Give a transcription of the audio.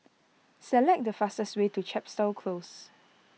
select the fastest way to Chepstow Close